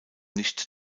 nicht